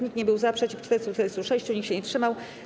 Nikt nie był za, przeciw - 446, nikt się nie wstrzymał.